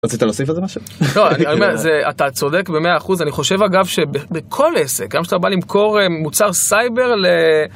רצית להוסיף איזה משהו? לא, אני אומר, אתה צודק במאה אחוז. אני חושב אגב שבכל עסק, גם כשאתה בא למכור מוצר סייבר.